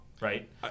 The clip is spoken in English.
right